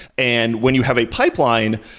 and when you have a pipeline,